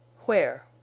Where